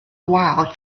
wal